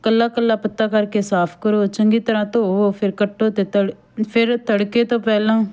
ਕੱਲਾ ਕੱਲਾ ਪੱਤਾ ਕਰਕੇ ਸਾਫ ਕਰੋ ਚੰਗੀ ਤਰ੍ਹਾਂ ਧੋਵੋ ਫਿਰ ਕੱਟੋ ਅਤੇ ਤੜ ਫਿਰ ਤੜਕੇ ਤੋਂ ਪਹਿਲਾਂ